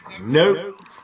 Nope